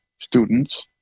students